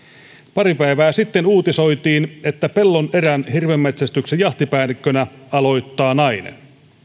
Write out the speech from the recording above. pari päivää sitten uutisoitiin että pellon erän hirvenmetsästyksen jahtipäällikkönä aloittaa nainen